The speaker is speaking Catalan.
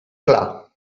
clar